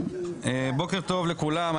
בוקר טוב לכולם,